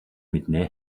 мэднэ